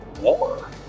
war